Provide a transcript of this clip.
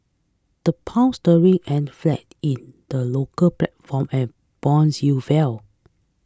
the pound sterling ended flat in the local platform and bonds yields fell